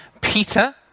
Peter